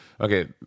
okay